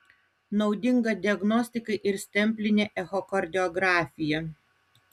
naudinga diagnostikai ir stemplinė echokardiografija